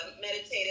Meditated